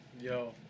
Yo